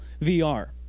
VR